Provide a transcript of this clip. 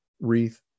wreath